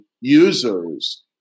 users